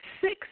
Six